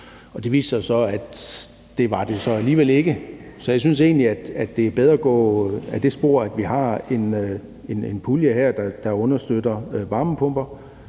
det viste sig jo så, at de alligevel ikke var det. Så jeg synes egentlig,t det er bedre, at vi går ud ad det spor, hvor vi her har en pulje, der understøtter varmepumper,